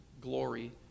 glory